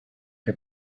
que